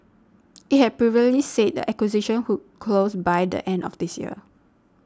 it had previously said the acquisition would close by the end of this year